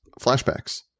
flashbacks